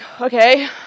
okay